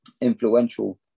influential